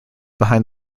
behind